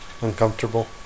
uncomfortable